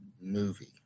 movie